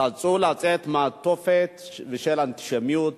רצו לצאת מהתופת של אנטישמיות